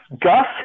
Gus